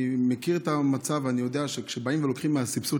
אני מכיר את המצב ואני יודע שכשלוקחים מהסבסוד